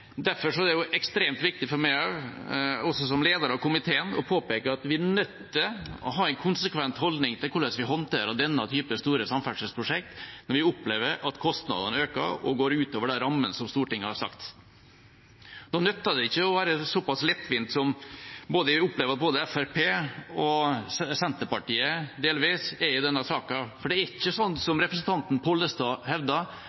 ekstremt viktig for meg – også som leder av komiteen – å påpeke at vi er nødt til å ha en konsekvent holdning til hvordan vi håndterer denne typen store samferdselsprosjekt når vi opplever at kostnadene øker og går utover rammene som Stortinget har satt. Da nytter det ikke å være såpass lettvinte som jeg opplever at både Fremskrittspartiet og Senterpartiet – delvis – er i denne saken. Det er ikke slik som